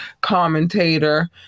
commentator